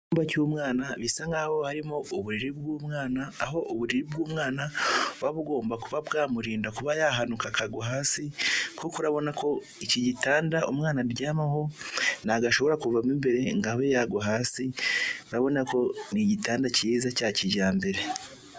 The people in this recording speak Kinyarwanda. Icyumba cy'umwana bisa nkaho harimo uburiri bw'umwana. Aho uburiri bw'umwana buba bugomba kuba bwamurinda kuba yahanuka akagwa hasi, kuko urabona ko iki gitanda umwana aryamaho ntago ashobora kuvamo imbere ngo abe yagwa hasi urabona ko ni igitanda cyiza cya kijyambere.